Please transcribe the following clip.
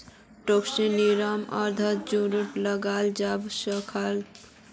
टैक्सेर नियमेर संगअ जुर्मानो लगाल जाबा सखछोक